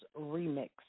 remix